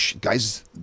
Guys